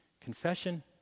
Confession